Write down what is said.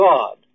God